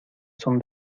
son